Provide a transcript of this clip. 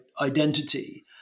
identity